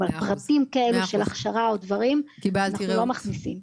אבל פרטים כאלה של הכשרה אנחנו לא מכניסים.